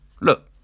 look